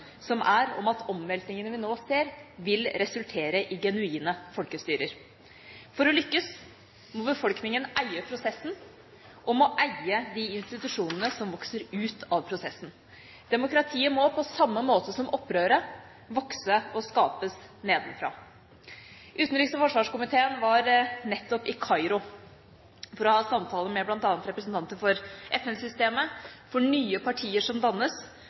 som er om at omveltningene vi nå ser, vil resultere i genuine folkestyrer. For å lykkes må befolkningen eie prosessen og eie de institusjonene som vokser ut av prosessen. Demokratiet må på samme måte som opprøret vokse og skapes nedenfra. Utenriks- og forsvarskomiteen var nettopp i Kairo for å ha samtaler med bl.a. representanter for FN-systemet, for nye partier som dannes,